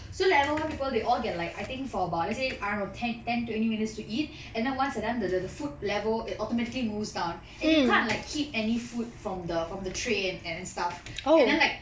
so level one people they all get like I think for about let's say I don't know ten twenty minutes to eat and then once they are done the the the food level it automatically moves down and you can't like keep any food from the from the tray and then stuff and then like